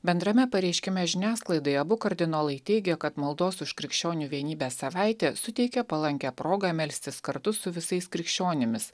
bendrame pareiškime žiniasklaidai abu kardinolai teigė kad maldos už krikščionių vienybę savaitė suteikia palankią progą melstis kartu su visais krikščionimis